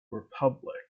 republic